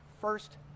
first